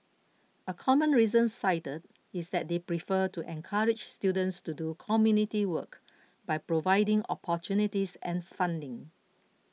a common reason cited is that they prefer to encourage students to do community work by providing opportunities and funding